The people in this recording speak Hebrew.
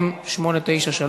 מס' מ/893,